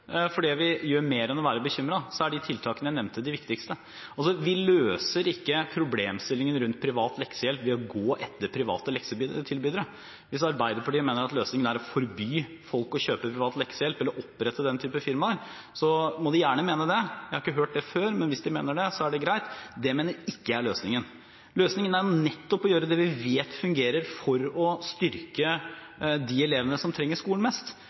fordi vi gjør mer enn å være bekymret, så er de tiltakene jeg nevnte, de viktigste. Altså: Vi løser ikke problemstillingen rundt privat leksehjelp ved å gå etter private leksetilbydere. Hvis Arbeiderpartiet mener at løsningen er å forby folk å kjøpe privat leksehjelp, eller å opprette den type firmaer, så må de gjerne mene det – jeg har ikke hørt det før, men hvis de mener det, så er det greit. Det mener ikke jeg er løsningen. Løsningen er jo nettopp å gjøre det vi vet fungerer for å styrke de elevene som trenger skolen mest: